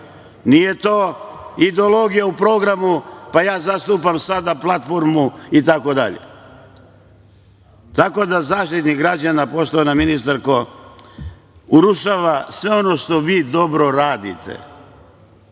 nije to ideologija u programu, pa ja zastupam sada platformu itd. Tako da Zaštitnik građana, poštovana ministarko, urušava sve ono što vi dobro radite.